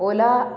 ola